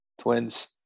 Twins